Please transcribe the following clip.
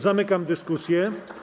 Zamykam dyskusję.